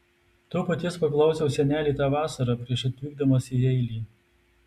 to paties paklausiau senelį tą vasarą prieš išvykdamas į jeilį